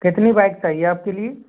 कितनी बाइक चाहिए आपके लिए